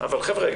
אבל חבר'ה,